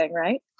right